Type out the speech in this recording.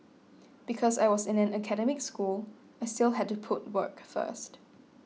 because I was in an academic school I still had to put work first